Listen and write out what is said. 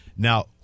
Now